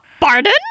Pardon